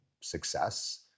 success